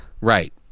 Right